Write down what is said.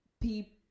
people